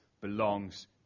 belongs